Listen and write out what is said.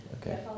okay